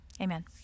Amen